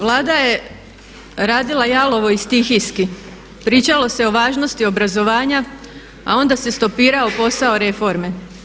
Vlada je radila jalovo i stihijski, pričalo se o važnosti obrazovanja, a onda se stopirao posao reforme.